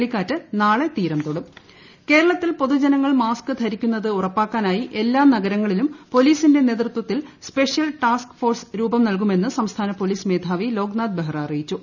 ലോക്നാഥ് ബെഹ്റ കേരളത്തിൽ പൊതുജനങ്ങൾ മാസ്ക് ധരിക്കുന്നത് ഉറപ്പാക്കാനായി എല്ലാ നഗരങ്ങളിലും പോലീസിന്റെ നേതൃത്വത്തിൽ സ്പെഷ്യൽ ടാസ്ക് ഫോഴ്സിന് രൂപം നൽകുമെന്ന് സംസ്ഥാന പോലീസ് മേധാവി ലോക്നാഥ് ബെഹ്റ അറിയിച്ചു